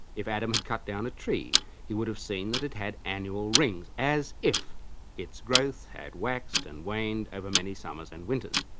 if adam had cut down a tree he would have seen that it had annual rings, as if its growth had waxed and waned over many summers and winters.